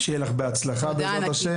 שיהיה לך בהצלחה, בעזרת ה'.